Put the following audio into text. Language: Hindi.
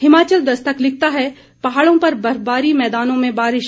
हिमाचल दस्तक लिखता है पहाड़ों पर बर्फबारी मैदानों में बारिश